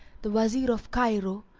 the wazir of cairo,